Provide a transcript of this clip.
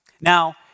Now